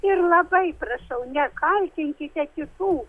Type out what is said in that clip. ir labai prašau nekaltinkite kitų